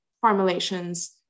formulations